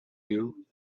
you